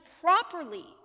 properly